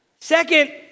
Second